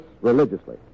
religiously